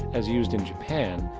as used in japan,